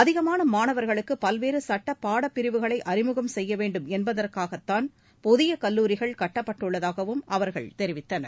அதிகமான மாணவர்களுக்கு பல்வேறு சுட்ட பாடப்பிரிவுகளை அறிமுகம் செய்ய வேண்டும் என்பதற்காகத்தான் புதியக் கல்லூரிகள் கட்டப்பட்டுள்ளதாகவும் அவர்கள் தெரிவித்தனர்